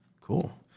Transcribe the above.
cool